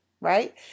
right